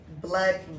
blood